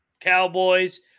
Cowboys